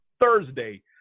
Thursday